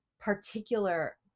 particular